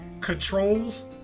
Controls